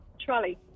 Trolley